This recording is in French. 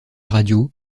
radio